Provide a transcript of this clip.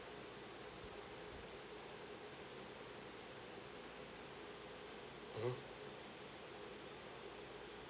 mmhmm